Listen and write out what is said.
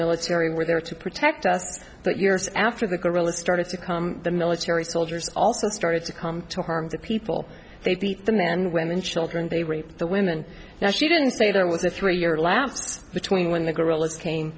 military were there to protect us but years after the guerrillas started to come the military soldiers also started to come to harm the people they beat the men women children they rape the women now she didn't stay there with the three year laughs between when the guerrillas came